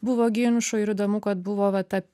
buvo ginčų ir įdomu kad buvo va ta